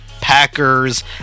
Packers